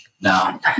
No